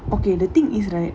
okay the thing is right